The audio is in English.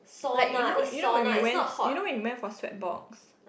like you know you know when we went you know when we went for sweat box